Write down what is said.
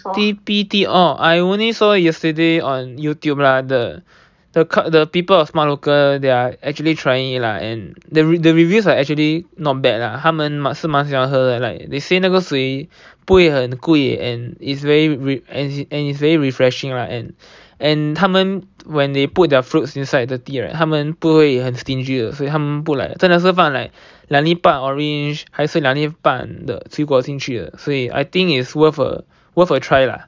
T_P tea oh I only saw yesterday on Youtube lah the the cut the people of smart local they're actually trying it lah and the re~ the reviews are actually not bad lah 他们是蛮喜欢喝 like they say 那个水不会很贵 and it's very re~ and it's very refreshing right and and 他们 when they put their fruits inside the tea right 他们不会很 stingy 的所以他们不 like 真的放两立半的 orange 还是两立半的水果进去啦所以 I think it is worth a worth a try lah